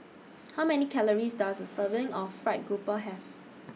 How Many Calories Does A Serving of Fried Grouper Have